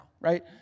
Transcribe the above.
right